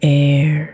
air